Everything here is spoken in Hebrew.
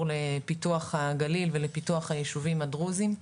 לפיתוח הגליל ולפיתוח היישובים הדרוזים.